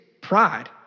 pride